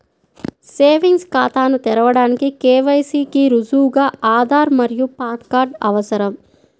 savings ఖాతాను తెరవడానికి KYC కి రుజువుగా ఆధార్ మరియు పాన్ కార్డ్ అవసరం